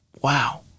Wow